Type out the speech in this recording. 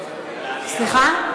סליחה?